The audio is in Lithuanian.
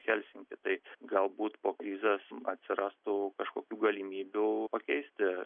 helsinkį tai galbūt po krizės atsirastų kažkokių galimybių pakeisti